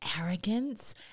arrogance